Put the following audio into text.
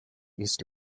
east